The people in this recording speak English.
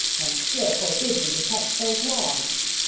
and still forbid you to touch those logs.